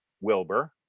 Wilbur